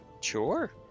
sure